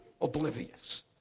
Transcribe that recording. oblivious